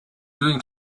doing